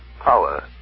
Power